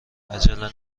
عجله